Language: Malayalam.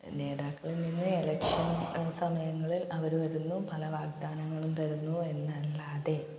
നേതാക്കളിൽ നിന്ന് ഇലക്ഷൻ സമയങ്ങളില് അവര് വരുന്നു പല വാഗ്ദാനങ്ങളും തരുന്നു എന്നല്ലാതെ